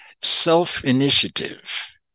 self-initiative